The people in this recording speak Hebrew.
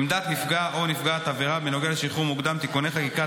נפגע או נפגעת עבירה בנוגע לשחרור מוקדם (תיקוני חקיקה),